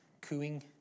cooing